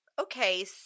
okay